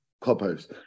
clubhouse